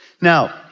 Now